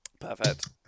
Perfect